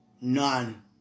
None